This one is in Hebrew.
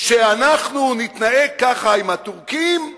שאנחנו נתנהג ככה עם הטורקים,